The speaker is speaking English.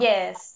Yes